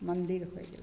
मन्दिर होइ गेलै